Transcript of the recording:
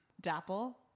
Dapple